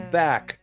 back